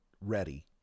ready